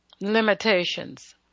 limitations